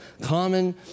common